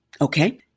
Okay